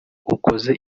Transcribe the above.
ukoze